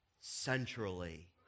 centrally